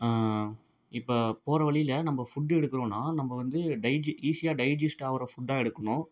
இப்போ போகிற வழியில நம்ப ஃபுட்டு எடுக்குறோன்னால் நம்ப வந்து டைஜி ஈஸியாக டைஜிஸ்ட் ஆகுற ஃபுட்டாக எடுக்கணும்